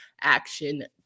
action